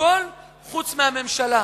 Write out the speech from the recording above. הכול חוץ מהממשלה.